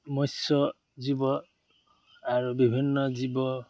মৎস্য জীৱ আৰু বিভিন্ন জীৱ